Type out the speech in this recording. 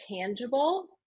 tangible